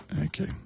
Okay